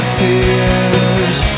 tears